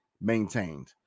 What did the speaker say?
maintained